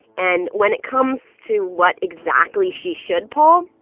and when it comes to what exactly she should pull,